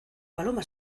paloma